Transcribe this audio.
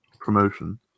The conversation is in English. promotion